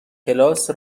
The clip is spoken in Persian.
کلاس